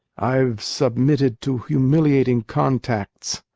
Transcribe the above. i've submitted to humiliating contacts,